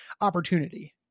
opportunity